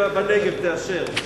בנגב, תאשר.